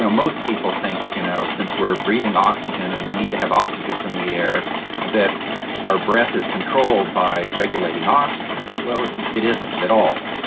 um most people think you know since we're breathing oxygen and we need to have oxygen from the air that our breath is controlled by regulating oxygen. well it it isn't at all.